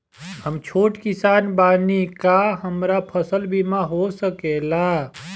हम छोट किसान बानी का हमरा फसल बीमा हो सकेला?